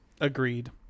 agreed